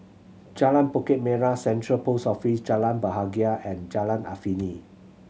Jalan Bukit Merah Central Post Office Jalan Bahagia and Jalan Afifi